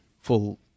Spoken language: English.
full